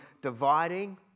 dividing